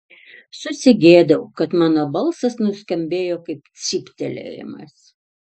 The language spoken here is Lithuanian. susigėdau kad mano balsas nuskambėjo kaip cyptelėjimas